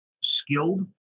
skilled